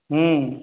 हँ